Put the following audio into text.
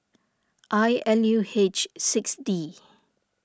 I L U H six D